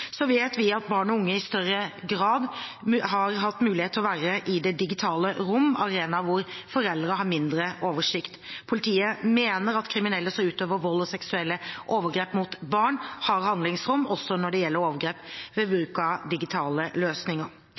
vet at barn og unge i større grad har hatt mulighet til å være i det digitale rom, arenaer hvor foreldre har mindre oversikt. Politiet mener at kriminelle som utøver vold og seksuelle overgrep mot barn, har handlingsrom også når det gjelder overgrep ved bruk av digitale løsninger.